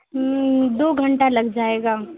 دو گھنٹہ لگ جائے گا